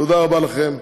תודה רבה לכם.